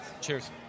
Cheers